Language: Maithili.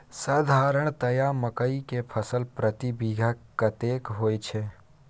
साधारणतया मकई के फसल प्रति बीघा कतेक होयत छै?